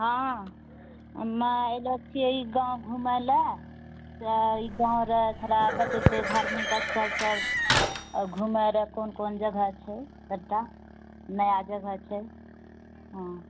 हँ हम ऐलो छियऐ ई गाँव घुमऽला तऽ ई गाँव रऽ थोड़ा बतैते धार्मिक स्थल सब आओर घुमए रऽ कोन कोन जगह छै सबटा नया जगह छै हँ